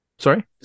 sorry